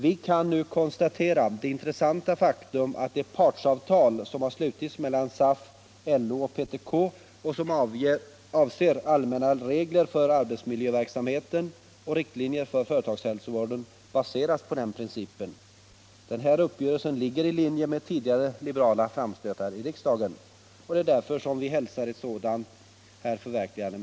Vi kan nu konstatera det intressanta faktum att det partsavtal, som har slutits mellan SAF, LO och PTK och som avser allmänna regler för arbetsmiljöverksamheten och riktlinjer för företagshälsovården, baseras på den principen. Den här uppgörelsen ligger i linje med tidigare liberala framstötar i riksdagen, och vi hälsar med stor tillfredsställelse att dessa nu har förverkligats.